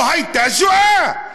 לא הייתה שואה.